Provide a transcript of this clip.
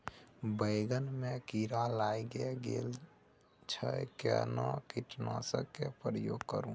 बैंगन में कीरा लाईग गेल अछि केना कीटनासक के प्रयोग करू?